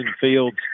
Fields